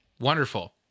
Wonderful